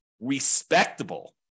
respectable